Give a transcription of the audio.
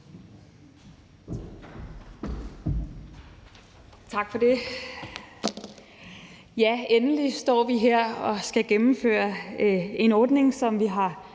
Tak for det. Ja, endelig står vi her og skal gennemføre en ordning, som vi har